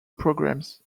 programs